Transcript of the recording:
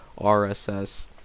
RSS